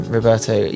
Roberto